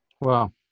Wow